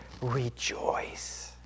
rejoice